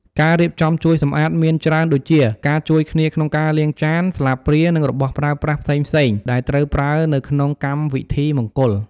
ការរៀបចំជួយសម្អាតមានច្រើនដូចជាការជួយគ្នាក្នុងការលាងចាន ស្លាបព្រានិងរបស់ប្រើប្រាស់ផ្សេងៗដែលត្រូវប្រើនៅក្នុងកម្មវិធីមង្គល។